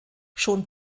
schon